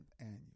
Annual